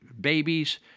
babies